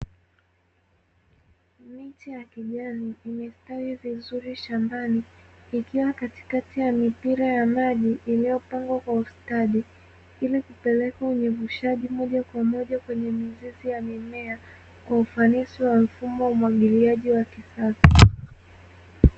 Miti ya kijani imestawi vizuri shambani ikiwa katikati ya mipira ya maji iliyopangwa kwa ustadi, ili kupeleka unyevushaji moja kwa moja kwenye mizizi ya mimea kwa ufanisi wa mfumo wa umwagiliaji wa kisasa.